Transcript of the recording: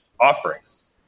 offerings